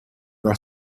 dal